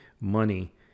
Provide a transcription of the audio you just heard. money